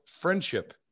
Friendship